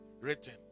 written